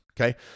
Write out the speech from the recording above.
Okay